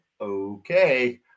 okay